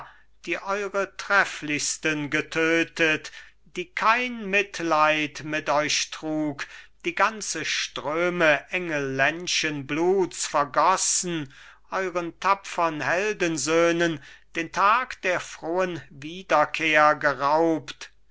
die eure trefflichsten getötet die kein mitleid mit euch trug die ganze ströme engelländschen bluts vergossen euren tapfern heldensöhnen den tag der frohen wiederkehr geraubt